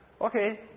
Okay